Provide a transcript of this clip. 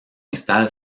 installe